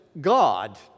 God